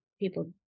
people